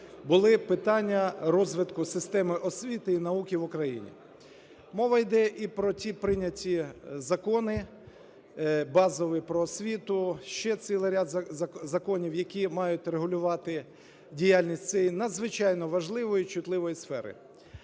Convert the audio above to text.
були питання розвитку системи освіти і науки в Україні. Мова йде і про ті прийняті закони базові про освіту, ще цілий ряд законів, які мають регулювати діяльність цієї, надзвичайно важливої і чутливої, сфери.